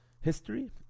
history